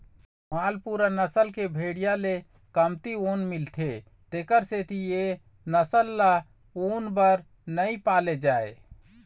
मालपूरा नसल के भेड़िया ले कमती ऊन मिलथे तेखर सेती ए नसल ल ऊन बर नइ पाले जाए